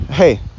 Hey